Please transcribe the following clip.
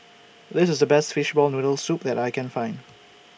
This IS The Best Fishball Noodle Soup that I Can Find